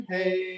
Hey